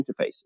interfaces